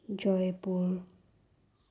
Jaipur